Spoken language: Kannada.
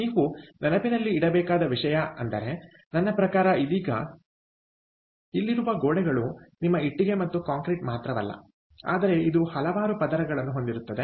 ನೀವು ನೆನಪಿನಲ್ಲಿ ಇಡಬೇಕಾದ ವಿಷಯ ಅಂದರೆ ನನ್ನ ಪ್ರಕಾರ ಇದೀಗ ಇಲ್ಲಿರುವ ಗೋಡೆಗಳು ನಿಮ್ಮ ಇಟ್ಟಿಗೆ ಮತ್ತು ಕಾಂಕ್ರೀಟ್ ಮಾತ್ರವಲ್ಲ ಆದರೆ ಇದು ಹಲವಾರು ಪದರಗಳನ್ನು ಹೊಂದಿರುತ್ತದೆ